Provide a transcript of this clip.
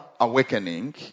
awakening